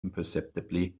imperceptibly